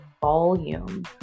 volume